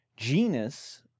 Genus